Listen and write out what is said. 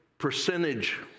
percentage